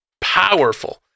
powerful